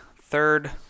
third